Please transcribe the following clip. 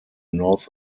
north